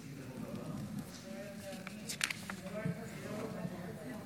ההצעה להעביר את הצעת חוק התגמולים